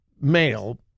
male